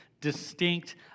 distinct